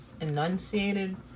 enunciated